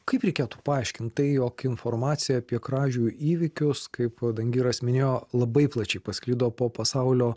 kaip reikėtų paaiškint tai jog informacija apie kražių įvykius kaip dangiras minėjo labai plačiai pasklido po pasaulio